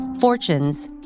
Fortunes